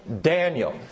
Daniel